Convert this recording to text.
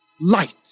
light